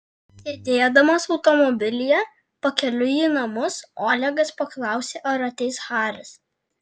sėdėdamas automobilyje pakeliui į namus olegas paklausė ar ateis haris